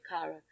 Kara